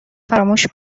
فراموش